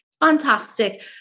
fantastic